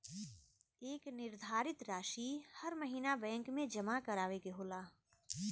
एक निर्धारित रासी हर महीना बैंक मे जमा करावे के होला